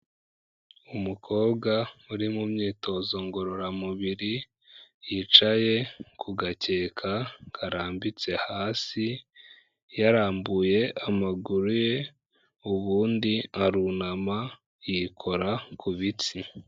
Umukobwa uri mu myitozo ngororamubiri, yicaye ku gakeka karambitse hasi, yarambuye amaguru ye ubundi arunama yikora ku bitsi.